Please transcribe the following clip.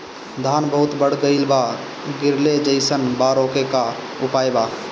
धान बहुत बढ़ गईल बा गिरले जईसन बा रोके क का उपाय बा?